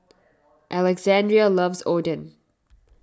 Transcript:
Alexandria loves Oden